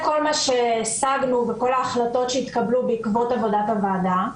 כל מה שהשגנו וכל ההחלטות שהתקבלו בעקבות עבודת הוועדה.